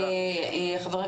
אני